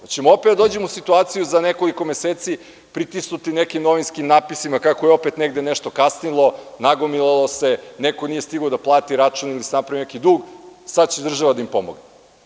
Hoćemo li opet da dođemo u situaciju za nekoliko meseci, pritisnuti nekim novinskim natpisima, kako je opet negde nešto kasnilo, nagomilalo se, neko nije stigao da plati račun ili se napravi neki dug – sad će država da im pomogne.